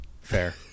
Fair